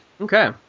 okay